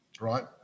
right